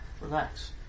relax